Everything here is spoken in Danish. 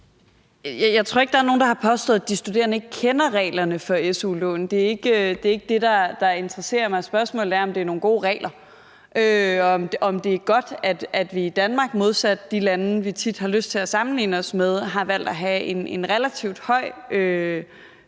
Jeg tror ikke, at der er nogen, der har påstået, at de studerende ikke kender reglerne for su-lån. Det er ikke det, der interesserer mig. Spørgsmålet er, om det er nogle gode regler, og om det er godt, at vi i Danmark – modsat de lande, vi tit har lyst til at sammenligne os med – har valgt at have en relativt høj